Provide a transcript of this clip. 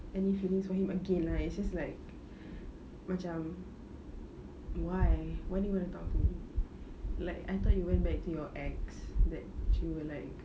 any feelings for him again right it's just like macam why why do you want to talk to me like I thought you went back to your ex that she don't like